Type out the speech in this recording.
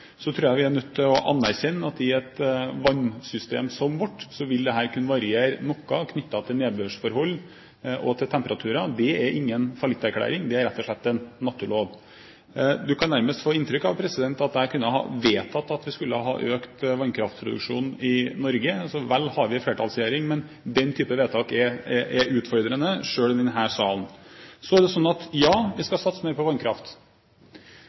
Så tror jeg vi er nødt til å anerkjenne at i et vannsystem som vårt vil dette kunne variere noe knyttet til nedbørsforhold og til temperaturer. Det er ingen fallitterklæring, det er rett og slett en naturlov. Du kan nærmest få inntrykk av at jeg kunne ha vedtatt at vi skulle ha økt vannkraftproduksjonen i Norge. Vel har vi en flertallsregjering, men den type vedtak er utfordrende, selv i denne salen. Så er det sånn at ja, vi skal satse mer på vannkraft.